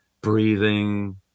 breathing